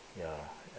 ya